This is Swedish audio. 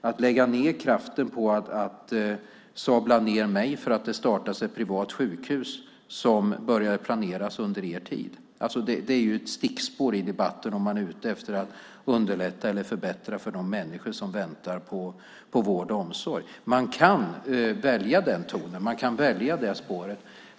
Att lägga ned kraften på att sabla ned mig för att det startas ett privat sjukhus som började planeras under er tid är ju ett stickspår i debatten om man är ute efter att underlätta eller förbättra för de människor som väntar på vård och omsorg. Man kan välja den tonen. Man kan välja det spåret.